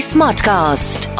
Smartcast